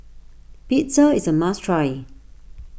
Pizza is a must try